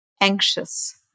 Anxious